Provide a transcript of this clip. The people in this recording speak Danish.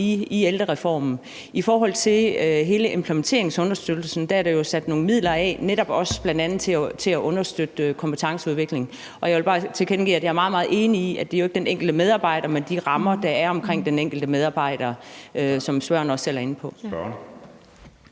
i ældrereformen. I forhold til hele implementeringsunderstøttelsen er der jo sat nogle midler af netop også bl.a. til at understøtte kompetenceudvikling, og jeg vil bare tilkendegive, at jeg er meget, meget enig i, at det, som spørgeren også selv er inde på, jo ikke er den enkelte medarbejder, men de rammer, der er omkring den enkelte medarbejder. Kl. 16:34 Anden